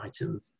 items